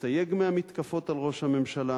להסתייג מהמתקפות על ראש הממשלה,